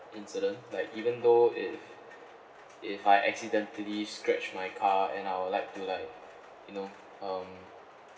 incident like even though if if I accidentally scratch my car and I would like to like you know um